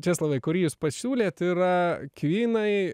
česlovai kurį jūs pasiūlėt yra kvynai